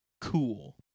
cool